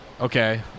Okay